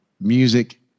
music